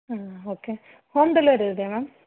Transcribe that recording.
ಹಾಂ okay home delivery ಇದೆಯಾ ma'am